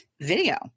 video